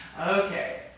Okay